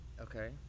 Okay